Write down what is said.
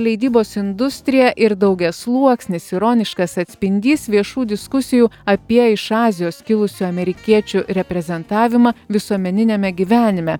leidybos industriją ir daugiasluoksnis ironiškas atspindys viešų diskusijų apie iš azijos kilusių amerikiečių reprezentavimą visuomeniniame gyvenime